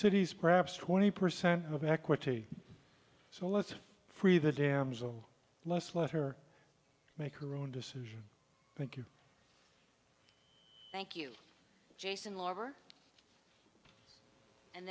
city's perhaps twenty percent of equity so let's free the damsel let's let her make her own decision thank you thank you jason lover and